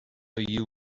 you